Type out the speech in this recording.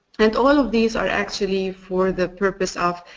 and all of these are actually for the purpose of